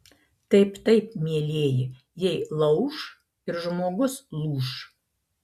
taip taip mielieji jei lauš ir žmogus lūš